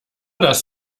das